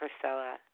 Priscilla